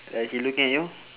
uh he looking at you